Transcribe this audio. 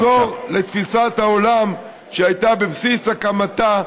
צריך לחזור לתפיסת העולם שהייתה בבסיס הקמתה,